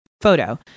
photo